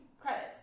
credits